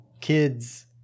kids